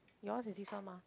yours is this one mah